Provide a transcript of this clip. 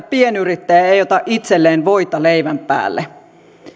pienyrittäjä ei ei ota itselleen voita leivän päälle